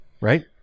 right